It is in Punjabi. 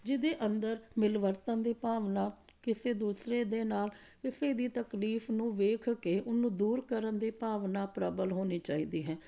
ਜਿਹਦੇ ਅੰਦਰ ਮਿਲਵਰਤਨ ਦੀ ਭਾਵਨਾ ਕਿਸੇ ਦੂਸਰੇ ਦੇ ਨਾਲ ਕਿਸੇ ਦੀ ਤਕਲੀਫ ਨੂੰ ਵੇਖ ਕੇ ਉਹਨੂੰ ਦੂਰ ਕਰਨ ਦੀ ਭਾਵਨਾ ਪ੍ਰਬਲ ਹੋਣੀ ਚਾਹੀਦੀ ਹੈ